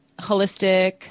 holistic